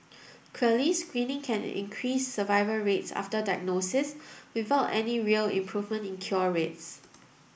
clearly screening can increase survival rates after diagnosis without any real improvement in cure rates